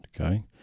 okay